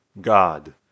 God